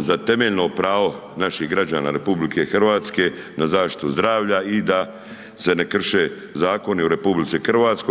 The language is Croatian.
za temeljno pravo naših građana RH na zaštitu zdravlja i da se ne krše zakoni u RH,